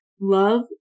Love